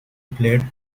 played